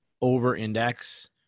over-index